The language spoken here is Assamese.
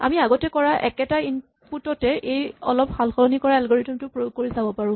আমি আগতে কৰা একেটা ইনপুট তে এই অলপ সালসলনি কৰা এলগৰিথম টো প্ৰয়োগ কৰি চাব পাৰো